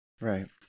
Right